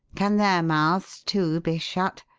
can their mouths, too, be shut?